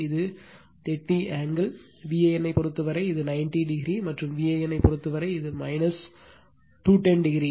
இது 30 ஆங்கிள் Vanப் பொறுத்தவரை இது 90o மற்றும் Van பொறுத்தவரை இது 210o